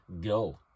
go